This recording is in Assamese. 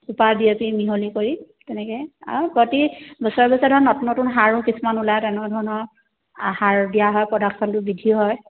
চুপাৰ দিয়ে পি মিহলি কৰি তেনেকৈ আ প্ৰতি বছৰে বছৰে ধৰ নতুন নতুন সাৰো কিছুমান ওলায় তেনেধৰণৰ সাৰ দিয়া হয় প্ৰডাকশ্যনটো বৃদ্ধি হয়